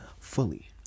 fully